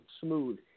smooth